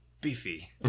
beefy